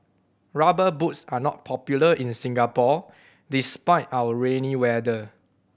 Rubber Boots are not popular in Singapore despite our rainy weather